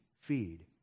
feed